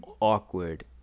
awkward